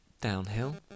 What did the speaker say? downhill